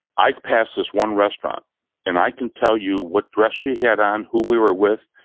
i pass this one restaurant and i can tell you what dress she had on, who we were with,